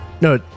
No